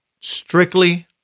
strictly